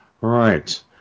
right